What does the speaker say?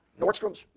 Nordstroms